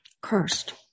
cursed